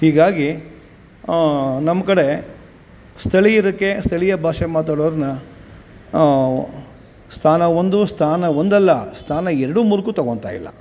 ಹೀಗಾಗಿ ನಮ್ಮ ಕಡೆ ಸ್ಥಳೀಯದಕ್ಕೆ ಸ್ಥಳೀಯ ಭಾಷೆ ಮಾತಾಡೋವ್ರ್ನ ಸ್ಥಾನ ಒಂದು ಸ್ಥಾನ ಒಂದಲ್ಲ ಸ್ಥಾನ ಎರಡು ಮೂರಕ್ಕೂ ತೊಗೊಳ್ತಾಯಿಲ್ಲ